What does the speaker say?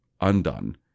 undone